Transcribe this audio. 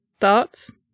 thoughts